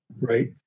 right